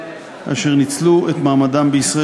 בעד סתיו